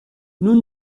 nous